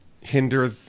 hinder